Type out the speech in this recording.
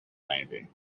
navy